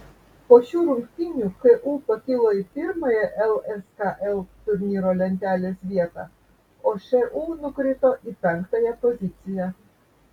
po šių rungtynių ku pakilo į pirmąją lskl turnyro lentelės vietą o šu nukrito į penktąją poziciją